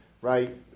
right